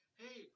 hey